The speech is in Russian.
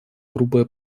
грубая